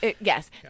Yes